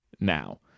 now